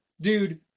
Dude